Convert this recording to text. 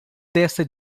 desta